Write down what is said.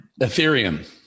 Ethereum